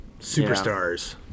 superstars